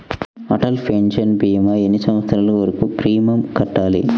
Atal pension భీమా ఎన్ని సంవత్సరాలు వరకు ప్రీమియం కట్టాలి?